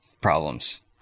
problems